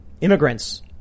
immigrants